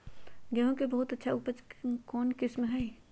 गेंहू के बहुत अच्छा उपज कौन किस्म होई?